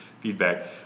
feedback